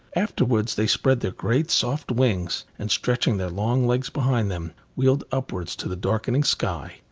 afterwards, they spread their great, soft wings, and, stretching their long legs behind them, wheeled upwards to the darkening sky.